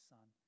Son